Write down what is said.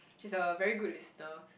she's a very good listener